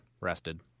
rested